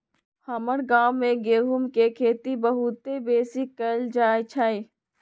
हमर गांव में गेहूम के खेती बहुते बेशी कएल जाइ छइ